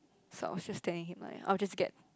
so I was just telling him like I'll just get